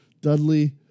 Dudley